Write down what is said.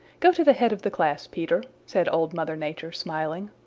go to the head of the class, peter, said old mother nature, smiling.